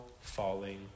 falling